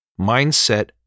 Mindset